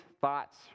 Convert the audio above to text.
thoughts